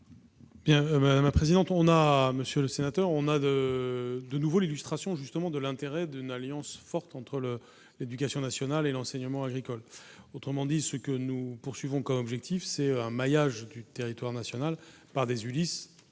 monsieur le sénateur, on a de de nouveau l'illustration justement de l'intérêt d'une alliance forte entre le l'Éducation nationale et l'enseignement agricole, autrement dit ce que nous poursuivons comme objectif c'est un maillage du territoire national par des Ulis